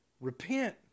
repent